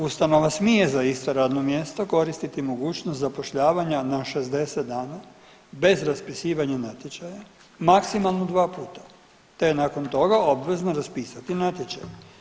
Ustanova smije za isto radno mjesto koristiti mogućnost zapošljavanja na 60 dana bez raspisivanja natječaja maksimalno 2 puta te je nakon toga obvezna raspisati natječaj.